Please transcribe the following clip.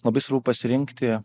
labai svarbu pasirinkti